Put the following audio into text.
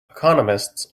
economists